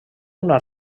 una